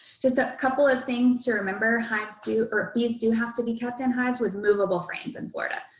just a couple of things to remember, hives do, or bees do have to be kept in hives with movable frames in florida.